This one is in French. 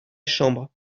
chambre